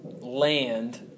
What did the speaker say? land